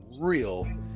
real